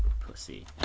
pussy